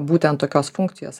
būtent tokios funkcijos